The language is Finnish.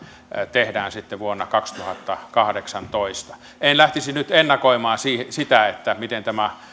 tehdään sitten vuonna kaksituhattakahdeksantoista en lähtisi nyt ennakoimaan sitä miten tämä